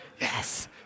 yes